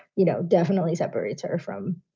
you know, definitely separates her from,